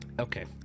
Okay